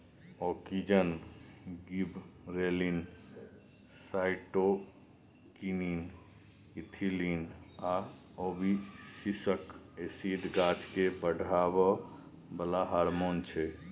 auxin, gibberellin, cytokinin, ethylene आ abscisic acid गाछकेँ बढ़ाबै बला हारमोन छै